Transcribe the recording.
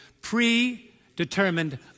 Predetermined